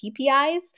PPIs